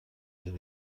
زیر